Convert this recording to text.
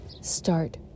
Start